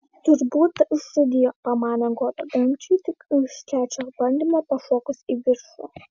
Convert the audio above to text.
turbūt užrūdijo pamanė goda dangčiui tik iš trečio bandymo pašokus į viršų